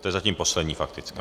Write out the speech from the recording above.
To je zatím poslední faktická.